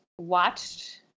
watched